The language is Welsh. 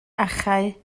achau